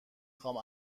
خوام